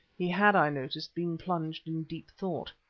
he had, i noticed, been plunged in deep thought.